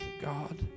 God